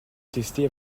tester